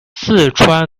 四川